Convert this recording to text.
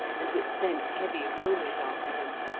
and which sent heavy rollers after him,